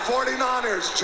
49ers